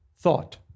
thought